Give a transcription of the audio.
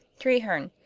treherne.